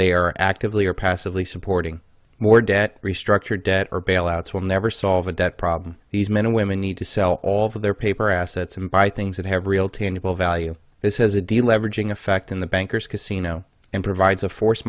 they are actively or passively supporting more debt restructure debt or bailouts will never solve the debt problem these men and women need to sell all of their paper assets and buy things that have real tangible value this has a deal leveraging effect in the bankers casino and provides a force